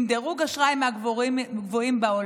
עם דירוג אשראי מהגבוהים בעולם.